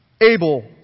Abel